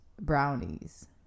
brownies